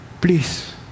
Please